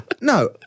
No